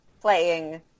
playing